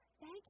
thank